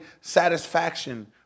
satisfaction